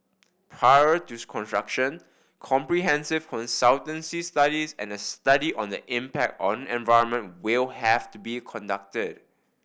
prior to construction comprehensive consultancy studies and a study on the impact on environment will have to be conducted